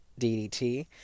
DDT